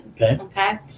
Okay